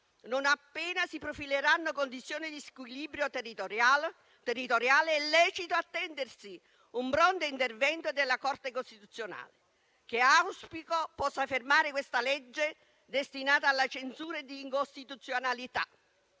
non appena si profileranno condizioni di squilibrio territoriale, è lecito attendersi un pronto intervento della Corte costituzionale, che auspico possa fermare questa legge, destinata alla censura di incostituzionalità.